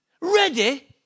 Ready